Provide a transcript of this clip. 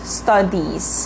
studies